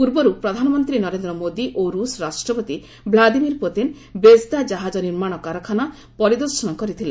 ପୂର୍ବରୁ ପ୍ରଧାନମନ୍ତ୍ରୀ ନରେନ୍ଦ୍ର ମୋଦି ଓ ରୁଷ୍ ରାଷ୍ଟ୍ରପତି ଭ୍ଲାଦିମିର୍ ପୁତିନ ବେଜ୍ଦା ଜାହାଜ ନିର୍ମାଣ କାରଖାନା ପରିଦର୍ଶନ କରିଥିଲେ